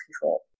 control